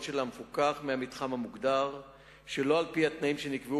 של המפוקח מהמתחם המוגדר שלא על-פי התנאים שנקבעו